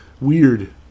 weird